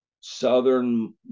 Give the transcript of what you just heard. Southern